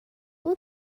will